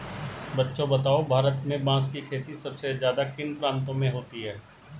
बच्चों बताओ भारत में बांस की खेती सबसे ज्यादा किन प्रांतों में होती है?